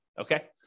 Okay